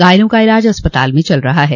घायलों का इलाज अस्पताल में चल रहा है